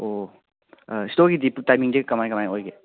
ꯑꯣ ꯏꯁꯇꯣꯔꯒꯤꯗꯤ ꯇꯥꯏꯃꯤꯡꯁꯦ ꯀꯃꯥꯏꯅ ꯀꯃꯥꯏꯅ ꯑꯣꯏꯒꯦ